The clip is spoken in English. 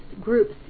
groups